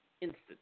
Instant